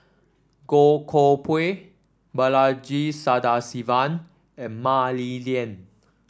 Goh Koh Pui Balaji Sadasivan and Mah Li Lian